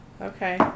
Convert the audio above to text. Okay